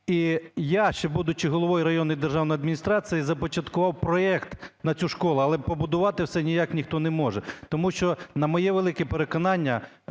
І я, ще будучи головою районної адміністрації, започаткував проект на цю школу, але побудувати все ніяк ніхто не може. Тому що, на моє велике переконання,